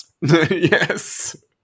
Yes